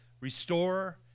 restore